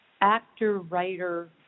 actor-writer